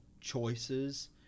choices